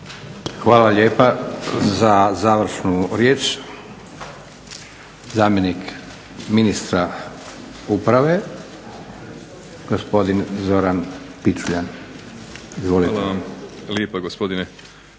Hvala lijepa. Za završnu riječ zamjenik ministra uprave, gospodin Zoran Pičuljan. Izvolite.